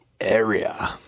Area